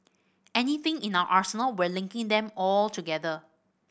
anything in our arsenal we're linking them all together